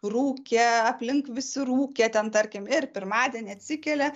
rūkė aplink visi rūkė ten tarkim ir pirmadienį atsikelia